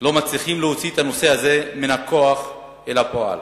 לא מצליחים להוציא את הנושא הזה מן הכוח אל הפועל